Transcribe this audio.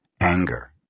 anger